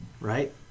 right